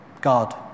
God